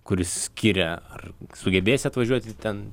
kuris skiria ar sugebėsi atvažiuoti ten